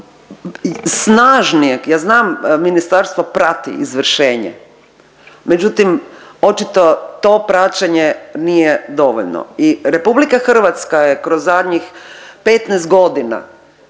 snažnije, ja znam ministarstvo prati izvršenje, međutim očito to praćenje nije dovoljno i RH je kroz zadnjih 15 godina